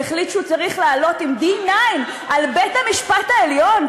שהחליט שהוא צריך לעלות עם 9D על בית-המשפט העליון.